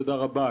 תודה רבה,